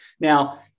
Now